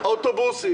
האוטובוסים